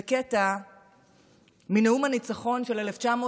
זה קטע מנאום הניצחון של 1977,